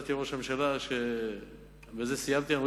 הודעתי לראש הממשלה שבזה סיימתי ואני רואה